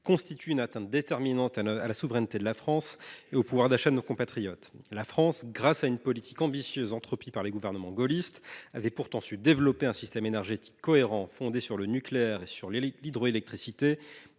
constitue une atteinte déterminante à la souveraineté de la France et au pouvoir d’achat de nos compatriotes. La France, grâce à une politique ambitieuse engagée par les gouvernements gaullistes, avait pourtant su développer un système énergétique cohérent, fondé sur l’énergie nucléaire et l’hydroélectricité,